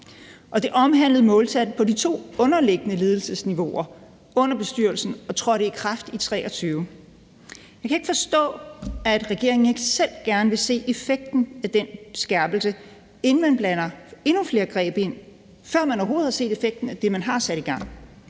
Det omhandlede måltal på de to underliggende ledelsesniveauer under bestyrelsen og trådte i kraft i 2023. Jeg kan ikke forstå, at regeringen ikke selv gerne vil se effekten af den skærpelse, inden man blander endnu flere greb ind i det, altså før man overhovedet har set effekten af det, man har sat i gang.